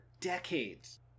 decades